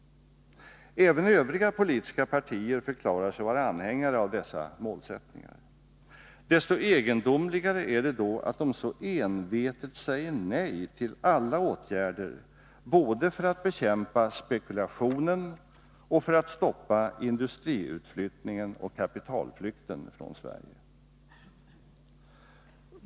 Även övriga politiska partier förklarar sig vara anhängare av dessa målsättningar. Desto egendomligare är det då att de så envetet säger nej till alla åtgärder både för att bekämpa spekulationen och för att stoppa industriutflyttningen och kapitalflykten från Sverige.